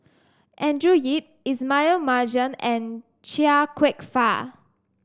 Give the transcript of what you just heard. Andrew Yip Ismail Marjan and Chia Kwek Fah